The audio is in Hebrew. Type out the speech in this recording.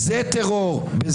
תומכי טרור בכנסת ישראל.